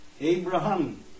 Abraham